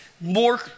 more